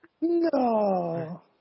No